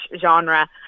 genre